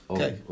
Okay